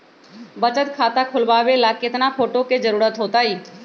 बचत खाता खोलबाबे ला केतना फोटो के जरूरत होतई?